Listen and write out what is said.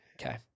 Okay